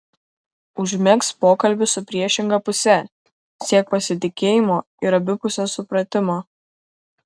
užmegzk pokalbį su priešinga puse siek pasitikėjimo ir abipusio supratimo